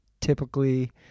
typically